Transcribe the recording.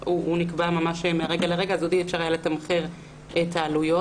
נקבע מהרגע לרגע אז עוד אי אפשר היה לתמחר את העלויות,